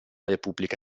repubblica